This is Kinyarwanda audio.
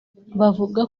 bavuga